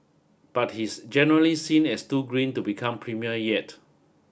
but he's generally seen as too green to become premier yet